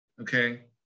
okay